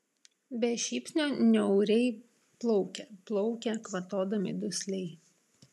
be šypsnio niauriai plaukia plaukia kvatodami dusliai